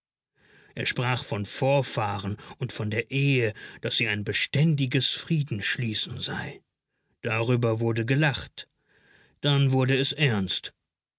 er sprach von vorfahren und von der ehe daß sie ein beständiges friedenschließen sei darüber wurde gelacht dann wurde es ernst